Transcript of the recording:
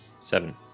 seven